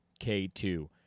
k2